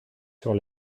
sur